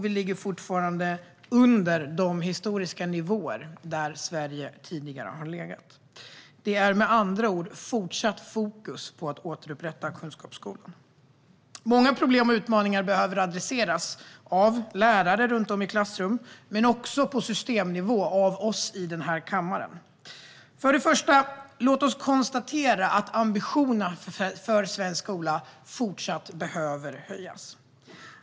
Vi ligger fortfarande under de historiska nivåer Sverige tidigare har legat på. Det är med andra ord fortsatt fokus på att återupprätta kunskapsskolan. Många problem och utmaningar behöver adresseras av lärare runt om i klassrummen men också på systemnivå av oss här i kammaren. Låt oss för det första konstatera att ambitionerna för svensk skola fortsatt behöver höjas.